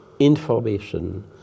Information